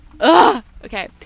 Okay